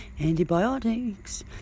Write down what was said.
antibiotics